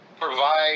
provide